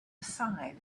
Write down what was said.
aside